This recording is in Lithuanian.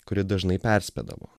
kuri dažnai perspėdavo